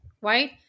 right